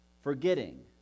forgetting